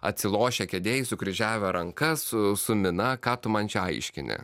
atsilošę kėdėj sukryžiavę rankas su su mina ką tu man čia aiškini